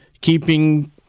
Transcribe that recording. keeping